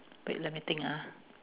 wait let me think ah